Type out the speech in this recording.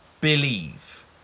believe